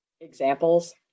examples